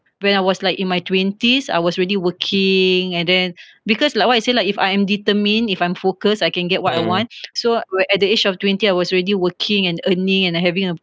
when I was like in my twenties I was already working and then because like what I say lah if I am determined if I'm focused I can get what I want so where at the age of twenty I was already working and earning and having a